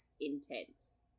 intense